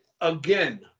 again